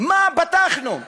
אבל פתחנו.